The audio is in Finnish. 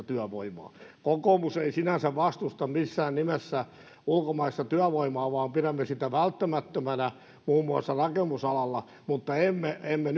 työvoimaa kokoomus ei sinänsä vastusta missään nimessä ulkomaista työvoimaa vaan pidämme sitä välttämättömänä muun muassa rakennusalalla mutta emme emme